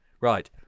Right